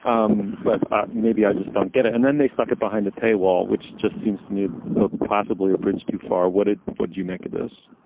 um but ah maybe i just don't get it. and then they stuck it behind a paywall, which just seems to me ah ah possibly a bridge too far, would it? what do you make of this?